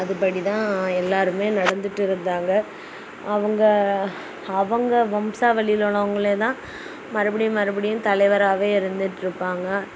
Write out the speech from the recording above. அதுபடி தான் எல்லாருமே நடந்துட்டு இருந்தாங்கள் அவங்க அவங்க வம்சா வழியில உள்ளவங்களே தான் மறுபடியும் மறுபடியும் தலைவராகவே இருந்துகிட்ருப்பாங்க